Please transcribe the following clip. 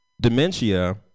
Dementia